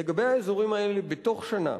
לגבי האזורים האלה, בתוך שנה